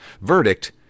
Verdict